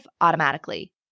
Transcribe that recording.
automatically